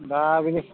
दा बेनो